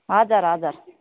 हजर हजर